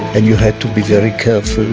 and you had to be very careful.